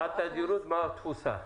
מה התדירות ומה התפוסה?